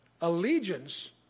allegiance